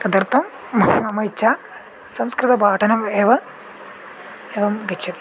तदर्थं मम इच्छा संस्कृतपाठनं एव एवं गच्छति